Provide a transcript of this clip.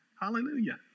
Hallelujah